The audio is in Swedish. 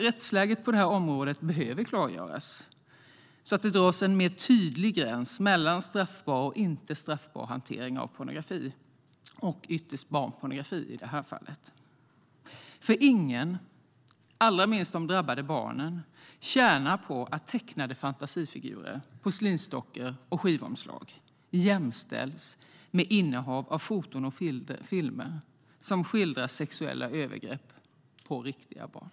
Rättsläget på det här området behöver alltså klargöras så att det dras en mer tydlig gräns mellan straffbar och inte straffbar hantering av pornografi och ytterst, i det här fallet, barnpornografi. Ingen, allra minst de drabbade barnen, tjänar nämligen på att tecknade fantasifigurer, porslinsdockor och skivomslag jämställs med innehav av foton och filmer som skildrar sexuella övergrepp på riktiga barn.